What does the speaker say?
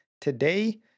today